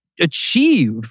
achieve